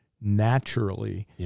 naturally